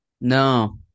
No